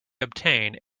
obtain